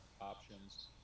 options